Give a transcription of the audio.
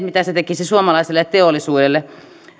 mitä se tekisi suomalaiselle teollisuudelle